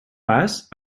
pas